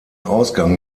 ausgang